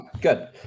good